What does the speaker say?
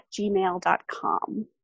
gmail.com